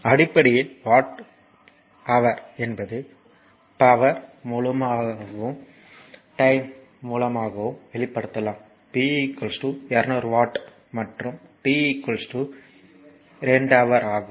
அடிப்படையில் watt hour என்பது power P மூலமாகவும் டைம் t மூலமாகவும் வெளிப்படுத்தலாம் P 200 வாட் மற்றும் t 2 ஹவர் ஆகும்